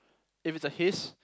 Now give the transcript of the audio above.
if it's a his